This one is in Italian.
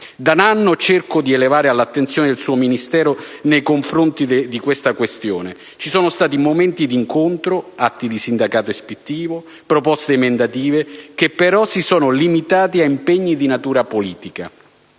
Da un anno cerco di elevare l'attenzione del suo Ministero nei confronti di questa questione. Ci sono stati momenti di incontro, atti di sindacato ispettivo, proposte emendative, che si sono però limitati a impegni di natura politica